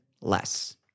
less